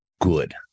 good